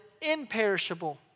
imperishable